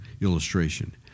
illustration